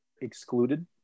excluded